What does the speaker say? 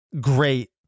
great